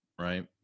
right